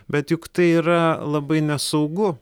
bet juk tai yra labai nesaugu